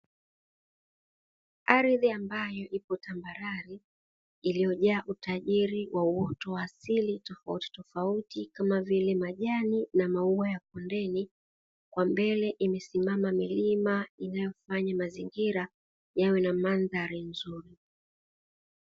Ardhi ambayo ipo tambarare iliyojaa uoto wa asili tofauti tofauti kama vile; majani na maua ya kondeni. Kwa mbali kuna milima inayofanya mazingira yawe na mandhari nzuri.